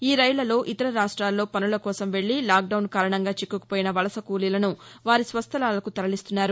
ఈ రైళ్లలో ఇతర రాష్ట్రాల్లో పసుల కోసం వెల్లి లాక్డౌన్ కారణంగా చిక్కుకుపోయిన వలస కూలీలను వారి స్వస్థలాలకు తరలిస్తున్నారు